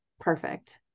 perfect